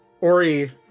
Ori